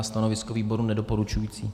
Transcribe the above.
Stanovisko výboru nedoporučující.